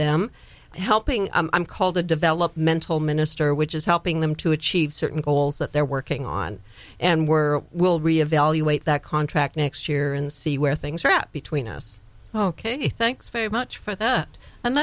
them helping i'm called a developmental minister which is helping them to achieve certain goals that they're working on and we're will re evaluate that contract next year and see where things are happy tween us oh ok thanks very much for that and